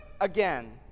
again